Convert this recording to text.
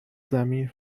زمین